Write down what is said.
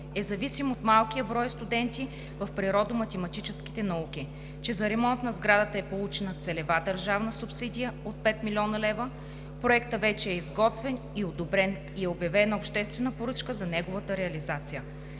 е зависим от малкия брой студенти в природо-математическите науки; че за ремонт на сградата е получена целева държавна субсидия от 5 млн. лв., проектът вече е изготвен и одобрен и е обявена обществена поръчка за неговата реализация.